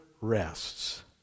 rests